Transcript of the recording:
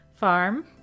Farm